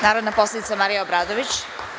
Narodna poslanica Marija Obradović.